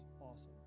awesome